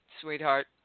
sweetheart